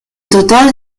total